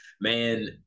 man